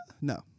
No